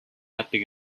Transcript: яадаг